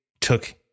took